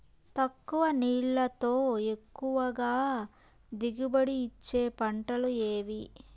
తక్కువ నీళ్లతో ఎక్కువగా దిగుబడి ఇచ్చే పంటలు ఏవి?